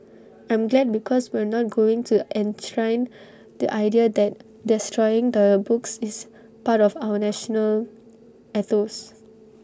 I'm glad because we're not going to enshrine the idea that destroying books is part of our national ethos